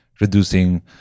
reducing